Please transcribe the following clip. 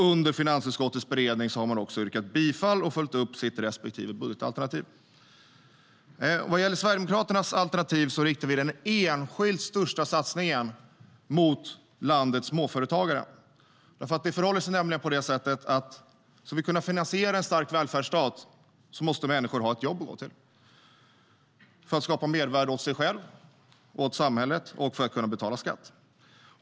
Under finansutskottets beredning har man också yrkat bifall till och följt upp sina respektive budgetalternativ. Vad gäller Sverigedemokraternas alternativ riktar vi den enskilt största satsningen till landets småföretagare. Det förhåller sig nämligen på det sättet att om vi ska kunna finansiera en stark välfärdsstat måste människor ha ett jobb att gå till - för att skapa mervärde åt sig själva och åt samhället och för att kunna betala skatt.